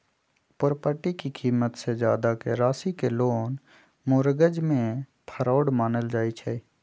property के कीमत से जादा के राशि के लोन मोर्गज में फरौड मानल जाई छई